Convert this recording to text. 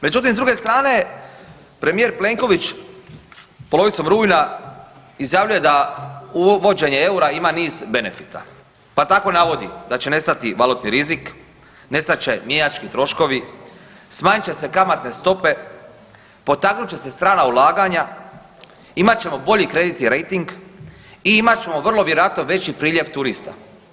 Međutim, s druge strane premijer Plenković polovicom rujna izjavljuje da uvođenje EUR-a ima niz benefita, pa tako navodi da će nestati valutni rizik, nestat će mjenjački troškovi, smanjit će se kamatne stope, potaknut će se strana ulaganja, imat ćemo bolji kreditni rejting i imat ćemo vrlo vjerojatno veći priljev turista.